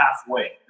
halfway